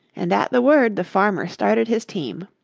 and at the word the farmer started his team.